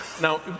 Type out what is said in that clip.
Now